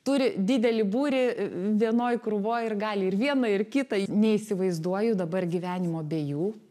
turi didelį būrį vienoj krūvoj ir gali ir vieną ir kitą neįsivaizduoju dabar gyvenimo be jų